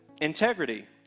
Integrity